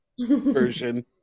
version